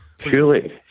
Surely